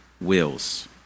wills